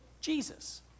Jesus